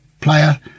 player